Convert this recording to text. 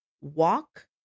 walk